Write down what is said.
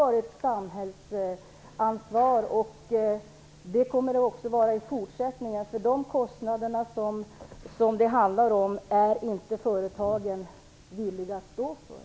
Det kommer det att vara också i fortsättningen. Företagen är inte villiga att stå för dessa kostnader.